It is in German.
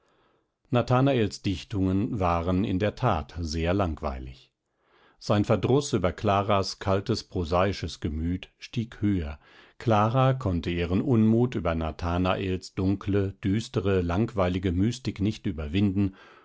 nathanaels dichtungen waren in der tat sehr langweilig sein verdruß über claras kaltes prosaisches gemüt stieg höher clara konnte ihren unmut über nathanaels dunkle düstere langweilige mystik nicht überwinden